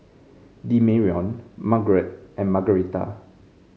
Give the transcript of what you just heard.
Demarion Margret and Margretta